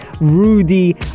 Rudy